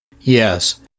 Yes